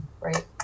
right